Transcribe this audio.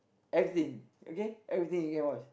everything okay everything you can wash